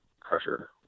pressure